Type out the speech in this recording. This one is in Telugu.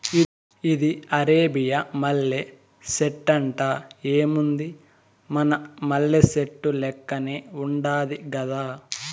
ఇది అరేబియా మల్లె సెట్టంట, ఏముంది మన మల్లె సెట్టు లెక్కనే ఉండాది గదా